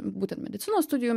būtent medicinos studijų